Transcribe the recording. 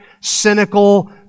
cynical